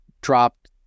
dropped